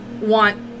want